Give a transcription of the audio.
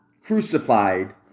crucified